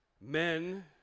men